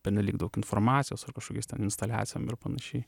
pernelyg daug informacijos ar kažkokiais ten instaliacijom ir panašiai